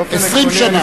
20 שנה.